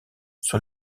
sur